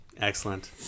Excellent